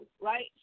right